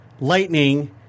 lightning